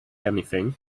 anything